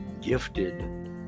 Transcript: gifted